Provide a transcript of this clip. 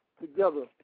together